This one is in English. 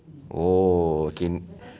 oh K